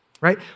right